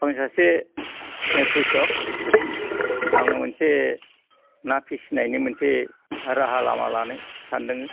आं सासे क्रिसक आङो मोनसे ना फिसिनायनि मोनसे राहा लामा लानो सानदों